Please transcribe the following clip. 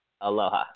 Aloha